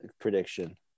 prediction